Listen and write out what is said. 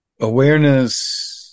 awareness